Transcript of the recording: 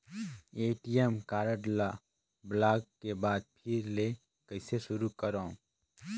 ATM card ल block के बाद फिर ले कइसे शुरू करव?